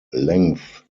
length